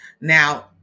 Now